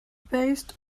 based